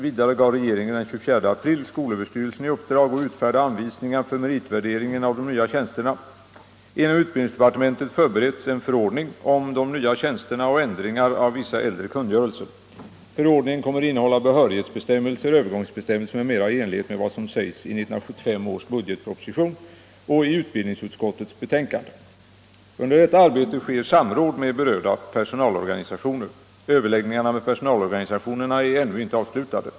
Vidare gav regeringen den 24 april skolöverstyrelsen i uppdrag att utfärda anvisningar för meritvärdering av de nya tjänsterna. Inom utbildningsdepartementet förbereds en förordning om de nya tjänsterna och ändringar av vissa äldre kungörelser. Förordningen kommer att innehålla behörighetsbe stämmelser, övergångsbestämmelser m.m. i enlighet med vad som sägs i 1975 års budgetproposition och i utbildningsutskottets betänkande. Under detta arbete sker samråd med berörda personalorganisationer. Överläggningarna med personalorganisationerna är ännu inte avslutade.